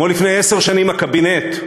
כמו לפני עשר שנים, הקבינט,